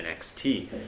NXT